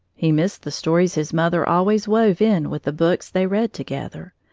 he missed the stories his mother always wove in with the books they read together.